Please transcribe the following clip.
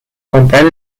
comprar